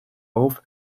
off